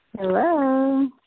Hello